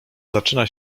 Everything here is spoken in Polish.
zaczyna